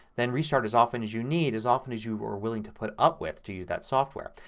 then restart as often as you need, as often as you are willing to put up with to use that software.